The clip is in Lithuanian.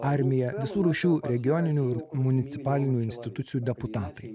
armija visų rūšių regioninių ir municipalinių institucijų deputatai